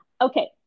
Okay